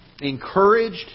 encouraged